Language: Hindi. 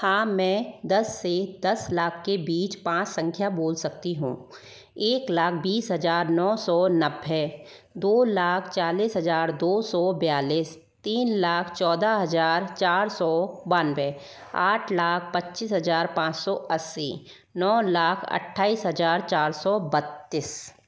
हाँ मैं दस से दस लाख के बीच पाँच संख्या बोल सकती हूँ एक लाख बीस हज़ार नौ सौ नब्बे दो लाख चालीस हज़ार दो सौ बयालीस तीन लाख चौदह हज़ार चार सौ बानवे आठ लाख पच्चीस हज़ार पाँच सौ अस्सी नौ लाख अट्ठाईस हज़ार चार सौ बत्तीस